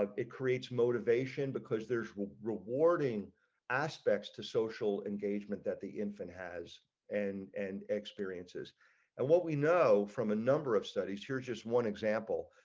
it creates motivation because there's will rewarding aspects to social engagement that the infant has and and experiences and what we know from a number of studies, you're just one example,